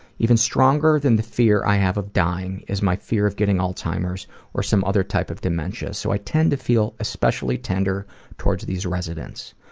even stronger than fear i have of dying is my fear of getting alzheimer's or some other type of dementia. so, i tend to feel especially tender towards these residents.